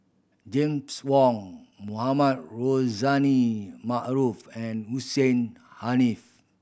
James Wong Mohamed Rozani Maarof and Hussein Haniff